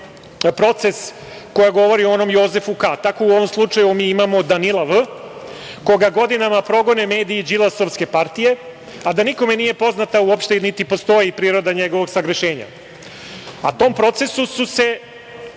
„Proces“, koja govori o onom Jozefu K. Tako u ovom slučaju, mi imamo Danila V. koga godinama progone mediji đilasovske partije, a da nikome nije poznata uopšte, niti postoji priroda njegovog sagrešenja. Tom procesu su se,